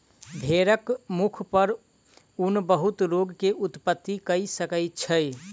भेड़क मुख पर ऊन बहुत रोग के उत्पत्ति कय सकै छै